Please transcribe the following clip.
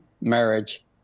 marriage